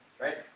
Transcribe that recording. right